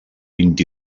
vint